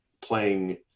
playing